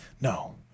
no